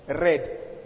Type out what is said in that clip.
Red